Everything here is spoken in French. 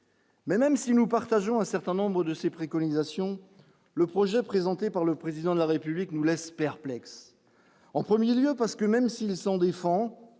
Mais même si nous partageons un certain nombres de ses préconisations le projet présenté par le président de la République nous laisse perplexe en 1er lieu parce que même s'il s'en défend